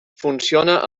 funciona